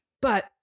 But-